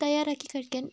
തയ്യാറാക്കി കഴിക്കാൻ